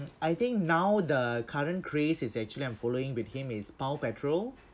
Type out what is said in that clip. I think now the current craze is actually I'm following with him his paw patrol